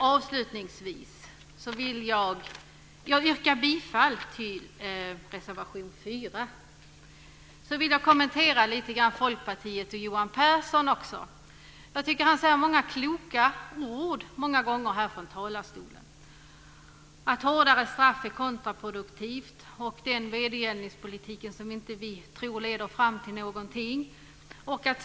Avslutningsvis yrkar jag bifall till reservation 4. Jag vill också kommentera Folkpartiet och Johan Pehrson. Jag tycker att han många gånger säger kloka ord här ifrån talarstolen. Han säger att hårdare straff är kontraproduktivt och att vi inte tror att verdergällningspolitiken leder fram till någonting.